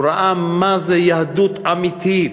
הוא ראה מה זה יהדות אמיתית,